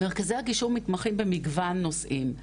מרכזי הגישור מתמכים במגוון נושאים,